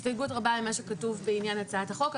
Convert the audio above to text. הסתייגות רבה ממה שכתוב בעניין הצעת החוק.